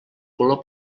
color